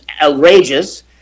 outrageous